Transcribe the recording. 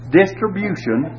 distribution